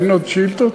אין עוד שאילתות?